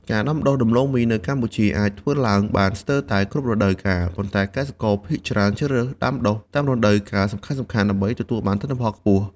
ការដាំដុះដំឡូងមីនៅកម្ពុជាអាចធ្វើឡើងបានស្ទើរតែគ្រប់រដូវកាល ប៉ុន្តែកសិករភាគច្រើនជ្រើសរើសដាំដុះតាមរដូវកាលសំខាន់ៗដើម្បីទទួលបានទិន្នផលខ្ពស់។